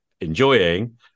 enjoying